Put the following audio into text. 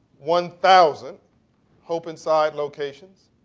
one thousand hope inside locations,